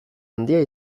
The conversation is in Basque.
handia